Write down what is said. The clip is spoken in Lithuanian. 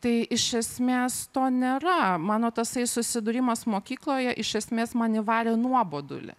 tai iš esmės to nėra mano tasai susidūrimas mokykloje iš esmės man įvarė nuobodulį